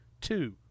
two